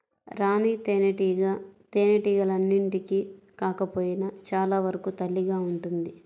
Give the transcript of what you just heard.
రాణి తేనెటీగ తేనెటీగలన్నింటికి కాకపోయినా చాలా వరకు తల్లిగా ఉంటుంది